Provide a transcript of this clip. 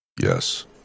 yes